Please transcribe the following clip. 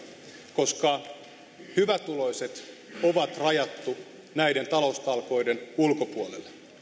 koska hyvätuloiset on rajattu näiden taloustalkoiden ulkopuolelle